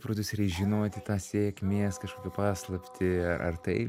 prodiuseriai žinoti tą sėkmės kažkokią paslaptį ar tai